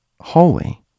hallway